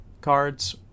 cards